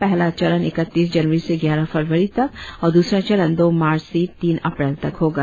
पहला चरण इकतीस जनवरी से ग्यारह फरवरी तक और दूसरा चरण दो मार्च से तीन अप्रैल तक होगा